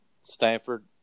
Stanford